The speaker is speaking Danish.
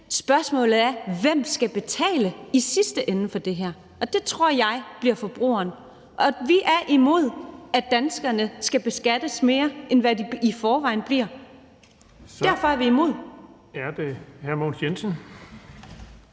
spørgsmålet er: Hvem skal i sidste ende betale for det her? Det tror jeg bliver forbrugerne, og vi er imod, at danskerne skal beskattes mere, end de i forvejen bliver. Derfor er vi imod